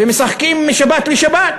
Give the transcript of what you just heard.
ומשחקים משבת לשבת,